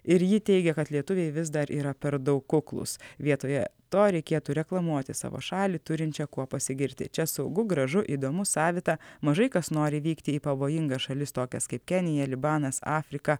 ir ji teigia kad lietuviai vis dar yra per daug kuklūs vietoje to reikėtų reklamuoti savo šalį turinčią kuo pasigirti čia saugu gražu įdomu savita mažai kas nori vykti į pavojingas šalis tokias kaip kenija libanas afrika